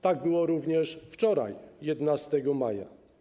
Tak było również wczoraj, 11 maja.